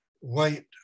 wait